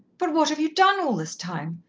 but what have you done all this time?